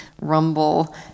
Rumble